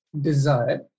desire